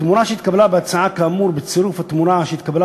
התמורה שהתקבלה בהצעה כאמור בצירוף התמורה שהתקבלה